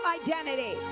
identity